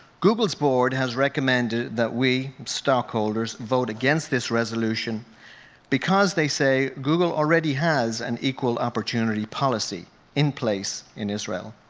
google's board has recommended that we stockholders vote against this resolution because they say google already has an equal opportunity policy in place in israel.